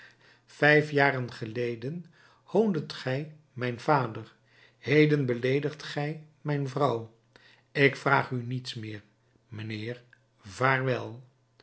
vijf jaren geleden hoondet gij mijn vader heden beleedigt gij mijn vrouw ik vraag u niets meer mijnheer vaarwel